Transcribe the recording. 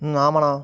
ம் ஆமாம்ணா